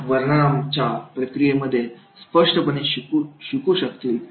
या वर्णनाच्या प्रक्रियेमध्ये स्पष्टपणे शिकू शकतील